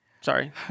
Sorry